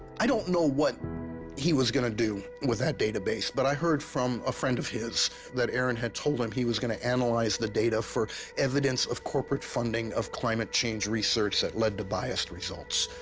i don't know what he was gonna do with that database but i heard from a friend of his that aaron had told him he was going to analyze the data for evidence of corporate funding of climate change research that led to biased results.